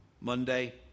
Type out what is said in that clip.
Monday